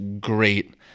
great